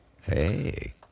Hey